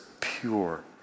pure